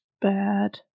bad